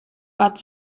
but